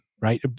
Right